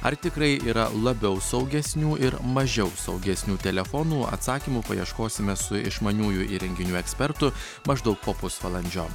ar tikrai yra labiau saugesnių ir mažiau saugesnių telefonų atsakymų paieškosime su išmaniųjų įrenginių ekspertu maždaug po pusvalandžio